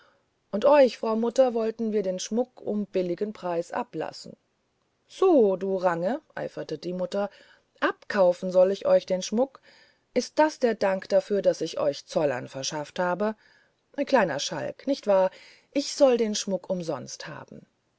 und euch frau mutter wollten wir den schmuck um billigen preis ablassen so du range eiferte die mutter abkaufen soll ich euch den schmuck ist das der dank dafür daß ich euch zollern verschafft habe kleiner schalk nicht wahr ich soll den schmuck umsonst haben